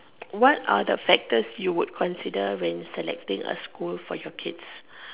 what are the factors you would consider when selecting a school for your kids